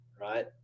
right